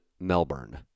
Melbourne